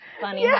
funny